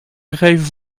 gegeven